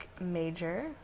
major